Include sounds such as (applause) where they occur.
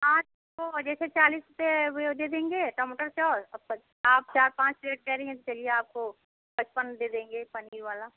आठ ठो जैसे चालीस रुपए दे देंगे टमाटर चाट और (unintelligible) आप चार पाँच प्लेट कह रही हैं तो चलिए आपको पचपन में दे देंगे पनीर वाला